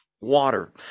water